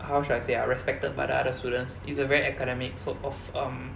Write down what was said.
how should I say ah respected by the other students is a very academic sort of um